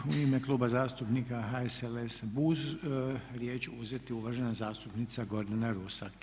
Sada će u ime Kluba zastupnika HSLS, BUZ riječ uzeti uvažena zastupnica Gordana Rusak.